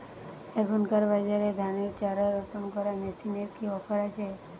এখনকার বাজারে ধানের চারা রোপন করা মেশিনের কি অফার আছে?